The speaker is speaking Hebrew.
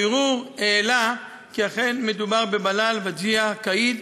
הבירור העלה כי אכן מדובר בבילאל וג'יה קאיד,